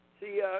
see